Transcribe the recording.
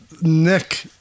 Nick